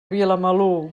vilamalur